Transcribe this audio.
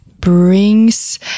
brings